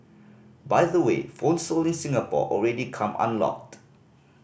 by the way phones sold in Singapore already come unlocked